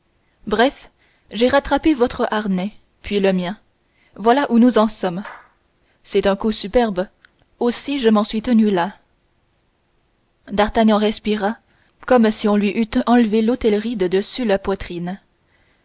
bref j'ai rattrapé votre harnais puis le mien voilà où nous en sommes c'est un coup superbe aussi je m'en suis tenu là d'artagnan respira comme si on lui eût enlevé l'hôtellerie de dessus la poitrine